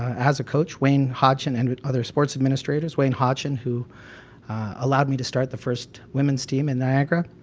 as a coach wayne hotchin, and other sports administrators. wayne hotchin who allowed me to start the first women's team in niagara.